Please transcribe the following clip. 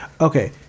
Okay